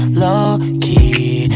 low-key